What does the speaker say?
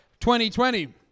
2020